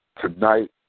tonight